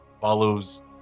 follows